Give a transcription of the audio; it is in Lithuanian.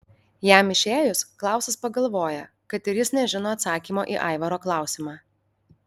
jam išėjus klausas pagalvoja kad ir jis nežino atsakymo į aivaro klausimą